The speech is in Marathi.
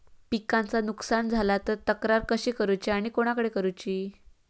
पिकाचा नुकसान झाला तर तक्रार कशी करूची आणि कोणाकडे करुची?